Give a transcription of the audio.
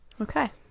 okay